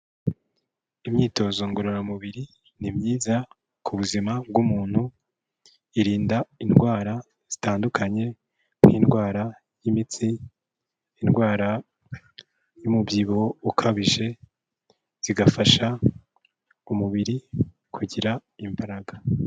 Imyitozo ngororamubiri ni myiza ku buzima bw'umuntu, irinda indwara zitandukanye, nk'indwara y'imitsi, indwara y'umubyibuho ukabije, zigafasha umubiri kugira imbaraga.